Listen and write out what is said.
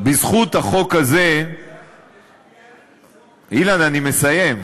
בזכות החוק הזה, אילן, אני מסיים.